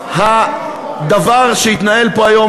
הדבר שהתנהל פה היום,